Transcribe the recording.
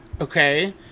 okay